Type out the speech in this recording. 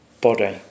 body